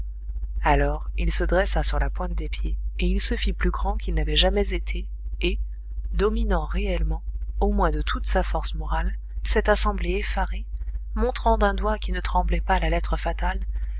alors il se dressa sur la pointe des pieds et il se fit plus grand qu'il n'avait jamais été et dominant réellement au moins de toute sa force morale cette assemblée effarée montrant d'un doigt qui ne tremblait pas la lettre fatale